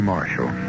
Marshall